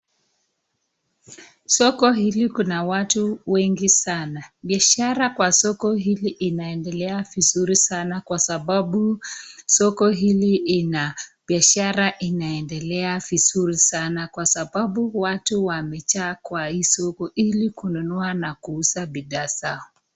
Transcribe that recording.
Soko hili kuna watu wengi sana ,biashara kwa soko hili inaendelea vizuri sana kwa sababu soko hili ina biashara inaendelea vizuri sana kwa sababu watu wamejaa kwa hii soko ili kununua na kuuza bithaa zao.